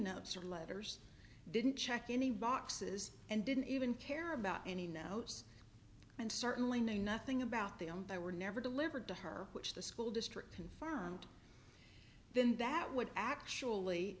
notes or letters didn't check any boxes and didn't even care about any notes and certainly knew nothing about them they were never delivered to her which the school district confirmed then that would actually